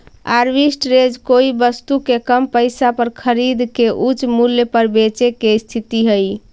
arbitrage कोई वस्तु के कम पईसा पर खरीद के उच्च मूल्य पर बेचे के स्थिति हई